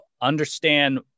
understand